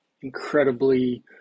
incredibly